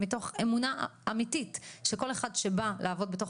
ומתוך אמונה אמיתית שכל אחד שבא לעבוד בתוך